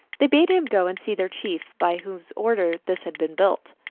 they bade him go and see their chief, by whose order this had been built.